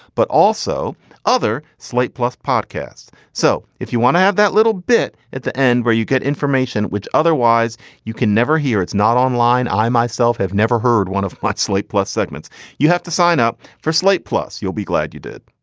but also other slate plus podcasts. so if you want to have that little bit at the end where you get information which otherwise you can never hear, it's not online. i myself have never heard one of what slate plus segments you have to sign up for slate plus you'll be glad you did.